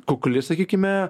kukli sakykime